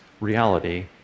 reality